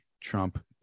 Trump